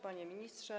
Panie Ministrze!